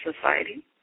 Society